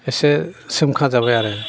एसे सोमखा जाबाय आरो